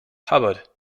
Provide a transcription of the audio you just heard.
hobart